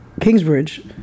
Kingsbridge